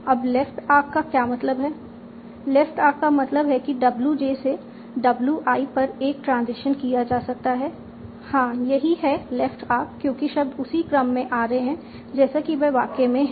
अब left arc का क्या मतलब है लेफ्ट आर्क का मतलब है कि w j से w i पर एक ट्रांजिशन किया जा सकता है हां यही है लेफ्ट आर्क क्योंकि शब्द उसी क्रम में आ रहे हैं जैसे कि वह वाक्य में है